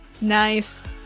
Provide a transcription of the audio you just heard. Nice